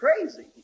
crazy